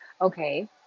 okay